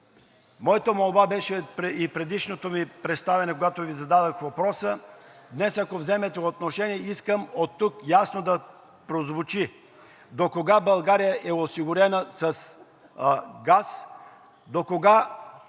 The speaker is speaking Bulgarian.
моята молба беше и при предишното ми представяне, когато Ви зададох въпроса, днес, ако вземете отношение, искам оттук ясно да прозвучи: докога България е осигурена с газ? Докога